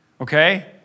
okay